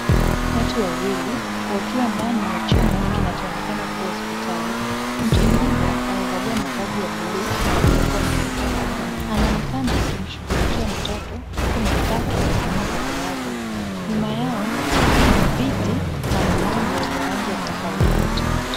Watu wawili wakiwa ndani ya chumba kinachoonekana kuwa hospitali. Mtu mmoja amevalia mavazi ya bluu na barakoa nyeupe anaonekana akimshughulikia mtoto huku mwenzake amesimama kando yake. Nyuma yao kuna viti na mlango wenye rangi ya kahawia.